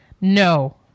No